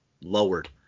lowered